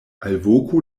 alvoku